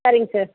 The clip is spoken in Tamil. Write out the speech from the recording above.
சரிங்க சார்